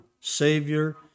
Savior